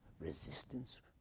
Resistance